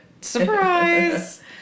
Surprise